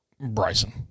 Bryson